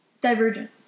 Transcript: Divergent